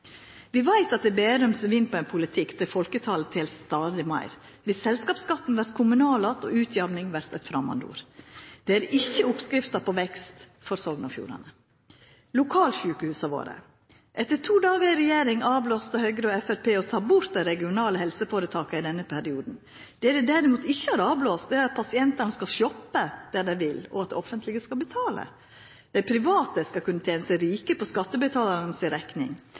Vi veit at det er Bærum som vinn på ein politikk der folketalet tel stadig meir, viss selskapsskatten vert kommunal att, og utjamning vert eit framandord. Det er ikkje oppskrifta på vekst for Sogn og Fjordane. Lokalsjukehusa våre: Etter to dagar i regjering droppa Høgre og Framstegspartiet det å ta bort dei regionale helseføretaka i denne perioden. Dei droppa derimot ikkje det at pasientane skal kunna shoppa der dei vil, og at det offentlege skal betala. Dei private skal kunna tena seg rike på skattebetalaranes rekning,